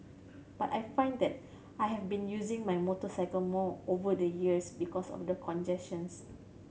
but I find that I have been using my motorcycle more over the years because of the congestions